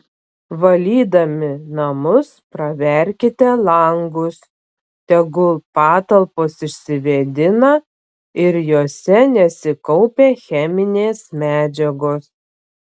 valydami namus praverkite langus tegul patalpos išsivėdina ir jose nesikaupia cheminės medžiagos